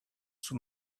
sous